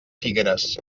figueres